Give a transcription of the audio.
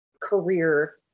career